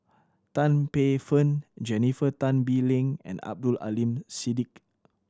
Tan Paey Fern Jennifer Tan Bee Leng and Abdul Aleem Siddique